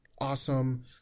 awesome